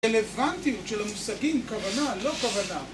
רלבנטיות של המושגים כוונה, לא כוונה